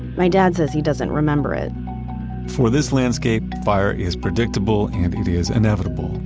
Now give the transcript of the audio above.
my dad says he doesn't remember it for this landscape, fire is predictable and it is inevitable.